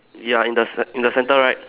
ya in the ce~ in the centre right